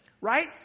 Right